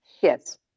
Yes